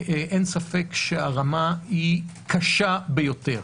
הרמה היא קשה ביותר.